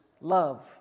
love